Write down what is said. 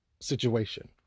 situation